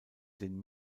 den